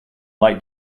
light